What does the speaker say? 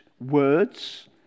words